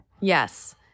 yes